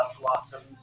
blossoms